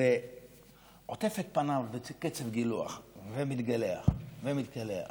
ועוטף את פניו בקצף גילוח ומתגלח, ומתקלח